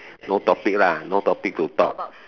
no topic lah no topic to talk